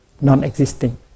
non-existing